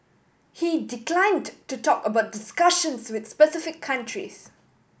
he declined to talk about discussions with specific countries